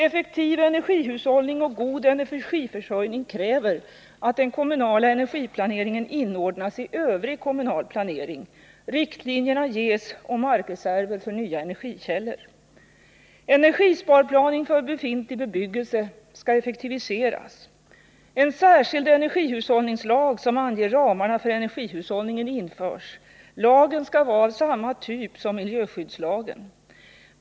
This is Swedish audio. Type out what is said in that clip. Effektiv energihushållning och god energiförsörjning kräver att den kommunala energiplaneringen inordnas i övrig kommunal planering. Riktlinjerna ges om markreserver för nya energikällor. En särskild energihushållningslag som anger ramarna för hushållning införs. Lagen skall vara av samma typ som miljöskyddslagen.